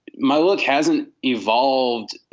my look hasn't evolved.